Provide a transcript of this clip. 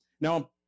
Now